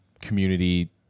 community